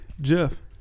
Jeff